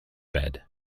bed